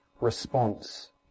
response